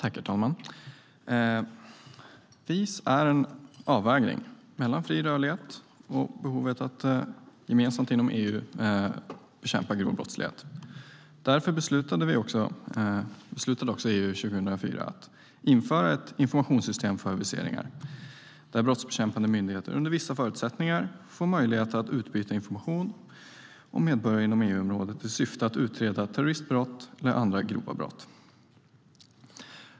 Herr talman! VIS är en avvägning mellan fri rörlighet och behovet av att gemensamt inom EU bekämpa grov brottslighet. Därför beslutade EU 2004 att införa ett informationssystem för viseringar, där brottsbekämpande myndigheter under vissa förutsättningar får möjlighet att utbyta information om medborgare inom EU-området i syfte att utreda terroristbrott eller andra grova brott.